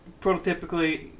prototypically